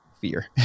fear